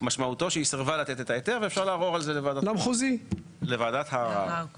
משמעותו שהיא סירבה לתת את ההיתר ואפשר לערור על זה לוועדת הערר.